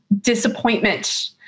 disappointment